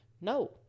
No